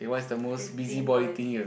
fifteen points